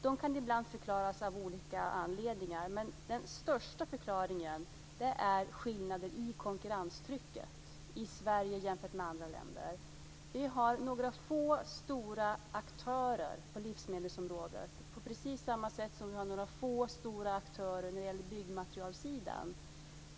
De kan förklaras av olika anledningar, men den främsta förklaringen är skillnader i konkurrenstrycket i Sverige jämfört med andra länder. Vi har några få stora aktörer på livsmedelsområdet, på samma sätt som vi har några få stora aktörer när det gäller byggmaterial.